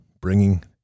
bringing